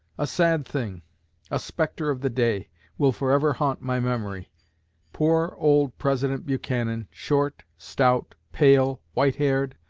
a sad thing a spectre of the day will forever haunt my memory poor old president buchanan, short, stout, pale, white-haired,